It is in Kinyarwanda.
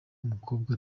umukobwa